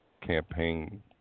campaign